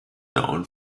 known